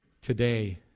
today